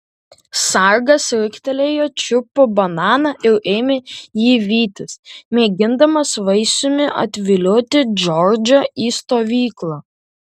sargas riktelėjo čiupo bananą ir ėmė jį vytis mėgindamas vaisiumi atvilioti džordžą į stovyklą